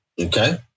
Okay